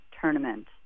tournament